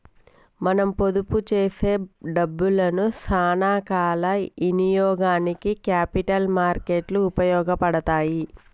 మనం పొదుపు చేసే డబ్బులను సానా కాల ఇనియోగానికి క్యాపిటల్ మార్కెట్ లు ఉపయోగపడతాయి